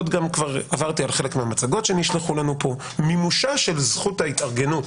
ועברתי על חלק מהמצגות ששלחו לנו לפה: מימושה של זכות ההתארגנות